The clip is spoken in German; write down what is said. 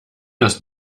das